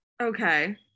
Okay